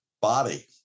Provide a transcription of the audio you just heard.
body